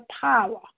power